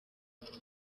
gatanu